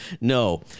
no